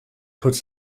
puts